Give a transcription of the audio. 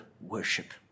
worship